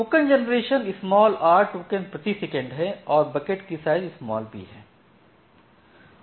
token generation rate r token प्रति second है और बकेट का साइज़ b है